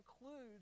includes